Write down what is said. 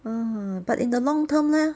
ah but in the long term leh